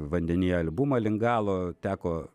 vandenyje albumą link galo teko